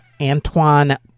Antoine